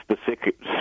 specific